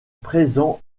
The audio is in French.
présent